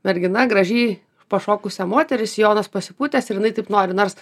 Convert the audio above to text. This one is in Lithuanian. mergina graži pašokusią moterys sijonas pasipūtęs ir jinai taip nori nors